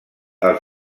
els